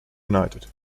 united